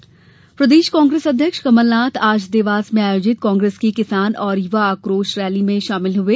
कमलनाथ प्रदेश कांग्रेस अध्यक्ष कमलनाथ आज देवास में आयोजित कांग्रेस की किसान और युवा आ क्रोश रैली में शामिल हुए